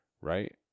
Right